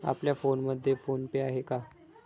आपल्या फोनमध्ये फोन पे आहे का?